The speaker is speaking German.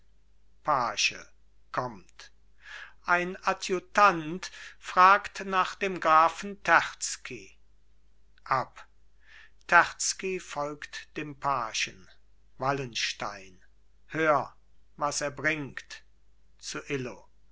page kommt ein adjutant fragt nach dem grafen terzky ab terzky folgt dem pagen wallenstein hör was er bringt zu illo